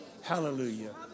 Hallelujah